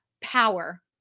power